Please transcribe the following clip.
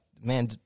man